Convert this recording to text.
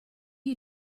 you